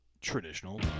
Traditional